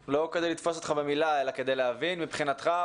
מבחינתך,